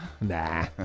Nah